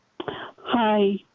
Hi